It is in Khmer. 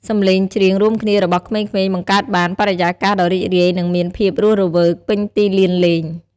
សំឡេងច្រៀងរួមគ្នារបស់ក្មេងៗបង្កើតបាន បរិយាកាសដ៏រីករាយ និងមានភាពរស់រវើក ពេញទីលានលេង។